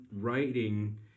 writing